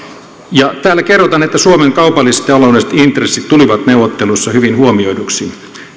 ja täällä kerrotaan että suomen kaupalliset ja taloudelliset intressit tulivat neuvotteluissa hyvin huomioiduiksi